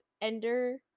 Ender